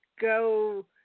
go